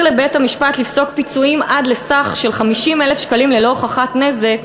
המתיר לבית-המשפט לפסוק פיצויים עד לסך של 50,000 שקלים ללא הוכחת נזק,